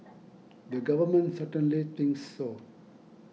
the government certainly thinks so